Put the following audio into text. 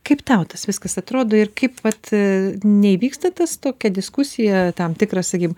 kaip tau tas viskas atrodo ir kaip vat neįvyksta tas tokia diskusija tam tikras sakym